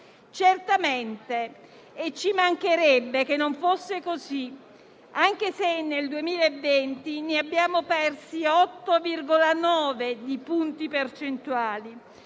certamente - e ci mancherebbe che non fosse così - anche se nel 2020 abbiamo perso 8,9 punti percentuali.